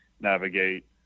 navigate